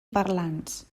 parlants